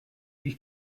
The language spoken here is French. lui